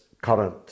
current